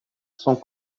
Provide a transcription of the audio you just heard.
sont